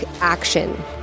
action